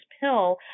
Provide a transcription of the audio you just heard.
pill